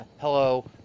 hello